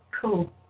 cool